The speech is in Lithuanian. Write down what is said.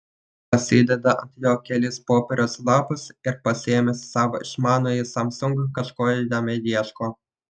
pasideda ant jo kelis popieriaus lapus ir pasiėmęs savo išmanųjį samsung kažko jame ieško